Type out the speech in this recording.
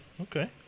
Okay